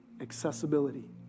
accessibility